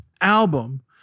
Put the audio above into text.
album